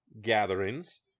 gatherings